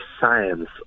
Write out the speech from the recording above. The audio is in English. science